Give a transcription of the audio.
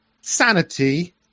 sanity